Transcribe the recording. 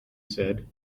said